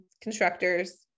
constructors